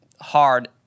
hard